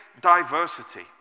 diversity